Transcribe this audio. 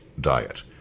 diet